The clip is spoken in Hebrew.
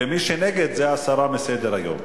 ומי שנגד, זה הסרה מסדר-היום.